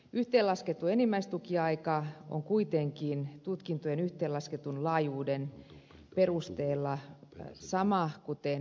yhteenlaskettu enimmäistukiaika on kuitenkin tutkintojen yhteenlasketun laajuuden perusteella sama kuin nykyisinkin